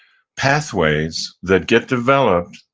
pathways that get developed,